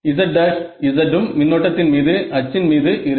z′ z ம் மின்னோட்டத்தின் மீது அச்சின் மீது இருக்கும்